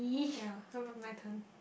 ya how about Miken